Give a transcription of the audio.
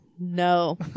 no